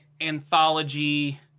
anthology